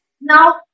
now